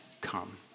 come